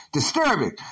disturbing